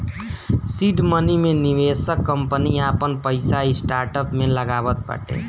seed money मे निवेशक company आपन पईसा स्टार्टअप में लगावत बाटे